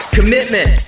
commitment